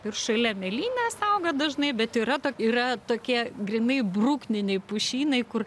ir šalia mėlynės auga dažnai bet yra yra tokie grynai brukniniai pušynai kur